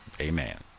Amen